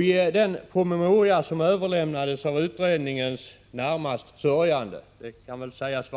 I den promemoria som 1983 överlämnades av utredningens närmast sörjande — det kan väl dess ordförande sägas